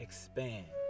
Expand